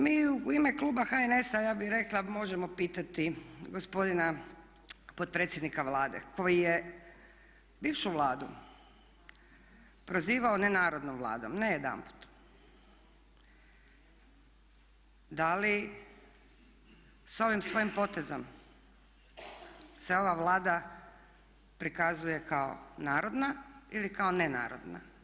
Mi u ime kluba HNS-a, ja bih rekla možemo pitati gospodina potpredsjednika Vlade koji je bivšu Vladu prozivao nenarodnom Vladom, ne jedanput, dali s ovim svojim potezom se ova Vlada prikazuje kao narodna ili kao nenarodna.